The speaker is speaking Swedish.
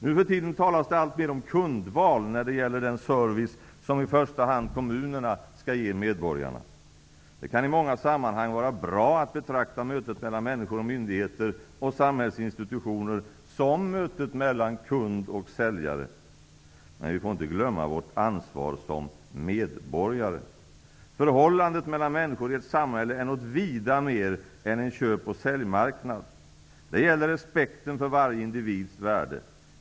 Nu för tiden talas det alltmer om kundval när det gäller den service som i första hand kommunerna skall ge medborgarna. Det kan i många sammanhang vara bra att betrakta mötet mellan människor och myndigheter och samhällsinstitutioner som mötet mellan kund och säljare. Men vi får inte glömma vårt ansvar som medborgare. Förhållandet mellan människor i ett samhälle är något vida mer än en ''köpoch-säljmarknad''. Det gäller respekten för varje individs värde.